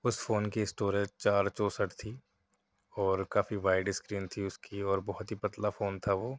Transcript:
اس phone کی storage چار چونسٹھ تھی اور کافی وائیڈ اسکرین تھی اس کی اور بہت ہی پتلا فون تھا وہ